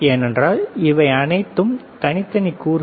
ஏனென்றால் இங்கு இருப்பவை அனைத்துமே தனித்தனி கூறுகள்